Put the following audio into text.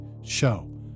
show